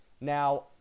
Now